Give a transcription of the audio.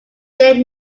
did